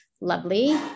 Lovely